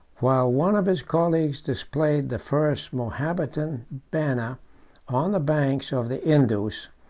while one of his colleagues displayed the first mahometan banner on the banks of the indus,